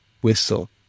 Whistle